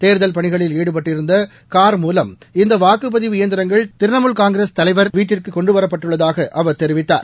தேர்தல் பணிகளில் ஈடுபட்டிருந்த கார் மூலம் இந்த வாக்குப்பதிவு இயந்திரங்கள் திரிணாமூல் காங்கிரஸ் தலைவர் வீட்டிற்கு கொண்டு வரப்பட்டுள்ளதாக அவர் தெரிவித்தார்